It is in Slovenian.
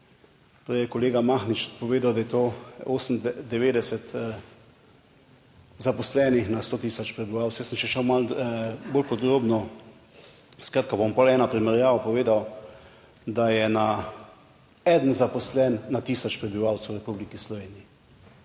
prej je kolega Mahnič povedal, da je to 98 zaposlenih na 100000 prebivalcev. Jaz sem še šel malo bolj podrobno, skratka, bom pol eno primerjavo povedal, da je na eden zaposlen na tisoč prebivalcev v Republiki Sloveniji.